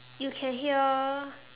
you can hear